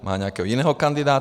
Má nějakého jiného kandidáta?